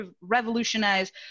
revolutionize